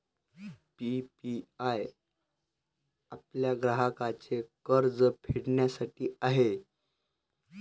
PPI आपल्या ग्राहकांचे कर्ज फेडण्यासाठी आहे